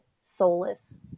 soulless